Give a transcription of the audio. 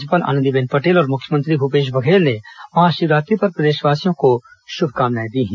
राज्यपाल आनंदीबेन पटेल और मुख्यमंत्री भूपेश बघेल ने महाशिवरात्रि पर प्रदेशवासियों को शुभकामनाएं दी हैं